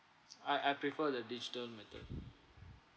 I I prefer the digital method